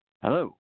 Hello